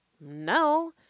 No